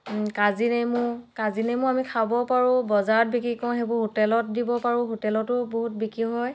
কাজীনেমু কাজীনেমু আমি খাবও পাৰোঁ বজাৰত বিক্ৰী কৰোঁ সেইবোৰ হোটেলত দিব পাৰোঁ হোটেলতো বহুত বিক্ৰী হয়